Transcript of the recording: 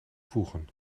voegen